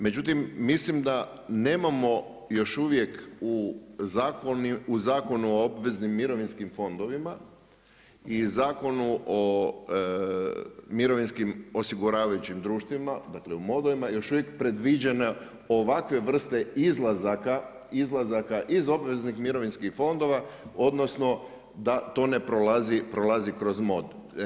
Međutim mislim da nemamo još uvijek u Zakonu o obveznim mirovinskim fondovima i Zakonu o mirovinskim osiguravajućim društvima dakle u modovima još uvijek predviđena ovakve vrste izlazaka iz obveznih mirovinskih fondova odnosno da to ne prolazi kroz mod.